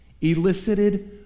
elicited